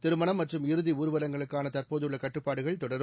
திருமணம் மற்றும் இறுதி ஊர்வலங்களுக்கான தற்போதுள்ள கட்டுப்பாடுகள் தொடரும்